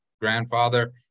grandfather